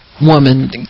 woman